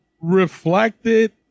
reflected